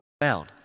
found